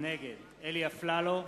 נגד אלי אפללו,